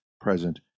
present